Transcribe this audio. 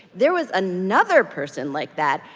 there was another person like that.